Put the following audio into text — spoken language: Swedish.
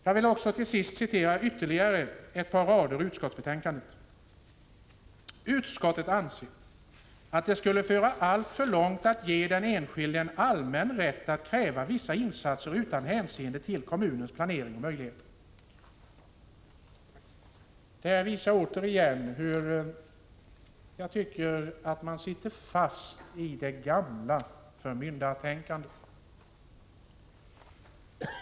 Jag vill till sist citera ytterligare ett par rader i utskottsbetänkandet: ”Utskottet anser att det skulle föra alltför långt att ge den enskilde en allmän rätt att kräva vissa insatser utan hänsynstagande till kommunens planering och möjligheter.” Detta visar återigen hur man sitter fast i det gamla förmyndartänkandet.